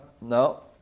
No